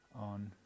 on